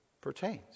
pertains